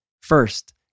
First